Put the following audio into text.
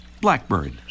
blackbird